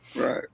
Right